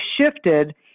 shifted